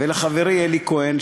ולחברי אלי כהן,